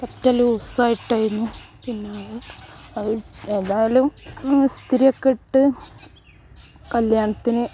ഒറ്റ ലൂസ് ആയിട്ട് ആയിരുന്നു പിന്നെ അത് ഏതായാലും ഇസ്തിരി ഒക്കെ ഇട്ട് കല്യാണത്തിന്